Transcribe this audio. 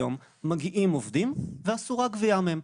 היום מגיעים עובדים ואסורה גבייה מהם.